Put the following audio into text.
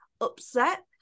upset